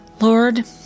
Lord